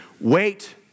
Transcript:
Wait